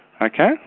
Okay